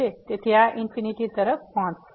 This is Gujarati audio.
તેથી આ ઇન્ફીનીટી તરફ પહોંચશે